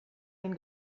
den